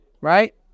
right